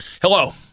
Hello